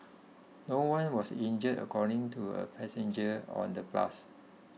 no one was injured according to a passenger on the bus